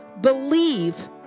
believe